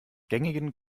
gängigen